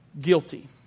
guilty